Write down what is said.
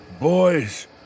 boys